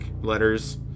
letters